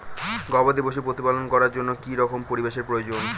গবাদী পশু প্রতিপালন করার জন্য কি রকম পরিবেশের প্রয়োজন?